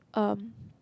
um